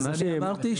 מה שהסברתי,